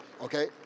okay